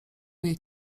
jej